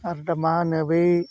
आर दा मा होनो बै